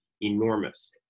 enormous